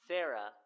Sarah